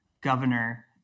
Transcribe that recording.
governor